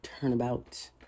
turnabout